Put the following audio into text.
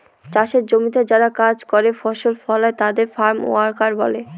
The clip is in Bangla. চাষের জমিতে যারা কাজ করে ফসল ফলায় তাদের ফার্ম ওয়ার্কার বলে